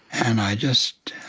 and i just